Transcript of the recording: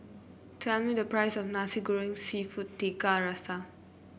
tell me the price of Nasi Goreng seafood Tiga Rasa